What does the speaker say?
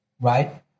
Right